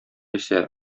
исә